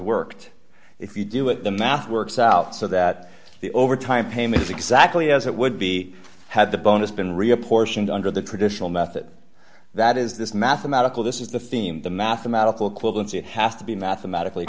worked if you do it the math works out so that the overtime payment is exactly as it would be had the bonus been reapportioned under the traditional method that is this mathematical this is the theme the mathematical quincey has to be mathematically